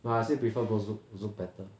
but I still prefer go zouk zouk better